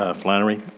ah flannery.